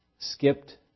skipped